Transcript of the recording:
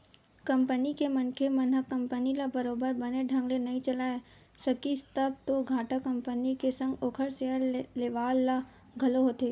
company के मनखे मन ह कंपनी ल बरोबर बने ढंग ले नइ चलाय सकिस तब तो घाटा कंपनी के संग ओखर सेयर लेवाल ल घलो होथे